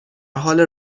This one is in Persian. حال